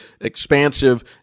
expansive